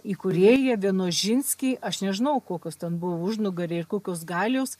įkūrėja vienožinskį aš nežinau kokios ten buvo užnugariai ir kokios galios